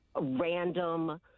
Random